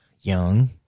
young